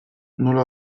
nola